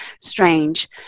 strange